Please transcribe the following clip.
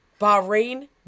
Bahrain